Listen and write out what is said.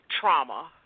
trauma